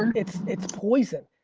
it's it's poison,